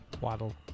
Waddle